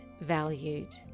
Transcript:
valued